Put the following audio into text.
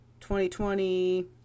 2020